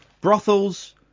Brothels